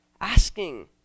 asking